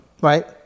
Right